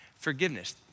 forgiveness